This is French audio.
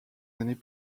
années